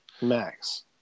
Max